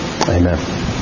Amen